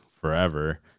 forever